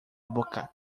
boca